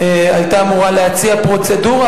היתה אמורה להציע פרוצדורה.